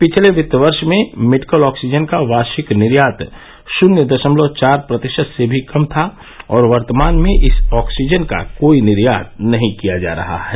पिछले वित्त वर्ष में मेडिकल ऑक्सीजन का वार्षिक निर्यात शून्य दशमलव चार प्रतिशत से भी कम था और वर्तमान में इस ऑक्सीजन का कोई निर्यात नहीं किया जा रहा है